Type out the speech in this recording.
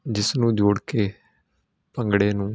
ਜਿਸ ਨੂੰ ਜੋੜ ਕੇ ਭੰਗੜੇ ਨੂੰ